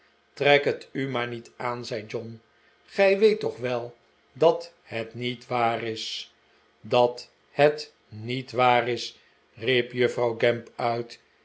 trek het u'maar niet aan zei john gij weet toch wel dat het niet waar is dat het niet waar is riep juffrouw gamp uit